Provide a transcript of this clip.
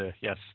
yes